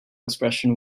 expression